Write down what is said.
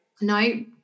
No